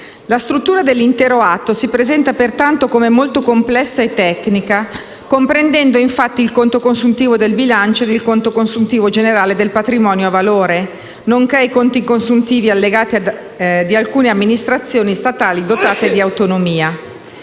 La struttura dell'intero atto si presenta pertanto come molto complessa e tecnica, comprendendo infatti il conto consuntivo del bilancio ed il conto consuntivo generale del patrimonio a valore, nonché i conti consuntivi allegati di alcune amministrazioni statali dotate di autonomia.